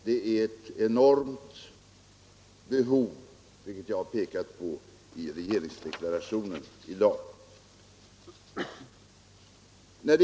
Det är ett enormt behov, vilket jag har pekat på i regeringsdeklarationen i dag.